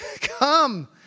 Come